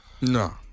No